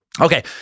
Okay